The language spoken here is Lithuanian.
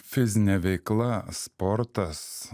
fizinė veikla sportas